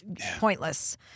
pointless